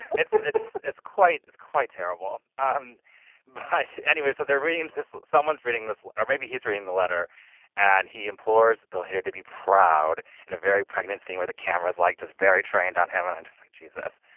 it's it's it's quite it's quite terrible um but anyways so they're reading this someone's reading this or maybe he's reading the letter and he implores bill here to be proud and a very pregnant scene where the cameras like just very trained on him and i'm just like jesus.